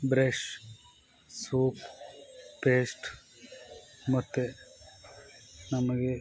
brush soap paste ಮತ್ತೆ ನಮಗೆ